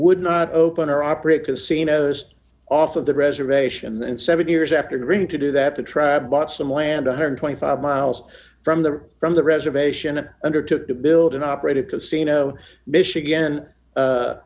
would not open or operate casinos off of the reservation and seven years after agreeing to do that the tribe bought some land one hundred and twenty five miles from the from the reservation and undertook to build and operate a casino michigan